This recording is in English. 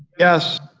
yes.